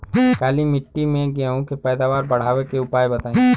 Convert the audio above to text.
काली मिट्टी में गेहूँ के पैदावार बढ़ावे के उपाय बताई?